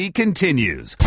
continues